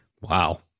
Wow